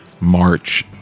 March